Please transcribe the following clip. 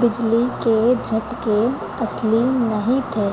बिजली के झटके असली नहीं थे